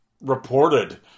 reported